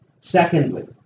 Secondly